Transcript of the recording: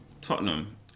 Tottenham